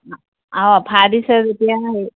অ' offer দিছে যেতিয়া